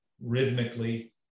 rhythmically